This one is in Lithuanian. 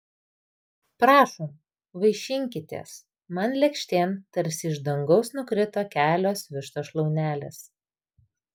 prašom vaišinkitės man lėkštėn tarsi iš dangaus nukrito kelios vištos šlaunelės